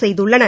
செய்துள்ளன